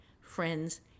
friends